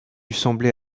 sembler